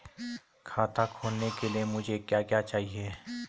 खाता खोलने के लिए मुझे क्या क्या चाहिए?